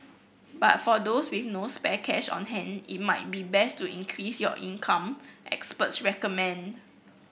but for those with no spare cash on hand it might be best to increase your income experts recommend